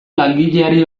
langileari